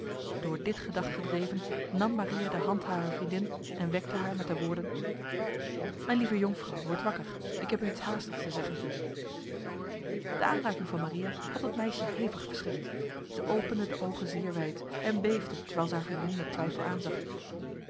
door dit gedacht gedreven nam maria de hand harer vriendin en wekte haar met de woorden mijn lieve jonkvrouw word wakker ik heb u iets haastigs te zeggen de aanraking van maria had het meisje hevig verschrikt zij opende de ogen zeer wijd en beefde terwijl zij haar vriendin met twijfel